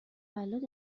تولد